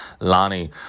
Lani